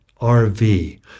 RV